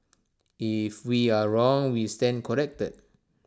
if we are wrong we stand corrected